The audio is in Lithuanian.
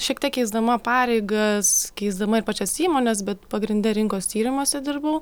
šiek tiek keisdama pareigas keisdama ir pačias įmones bet pagrinde rinkos tyrimuose dirbau